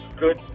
good